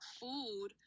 food